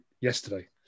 yesterday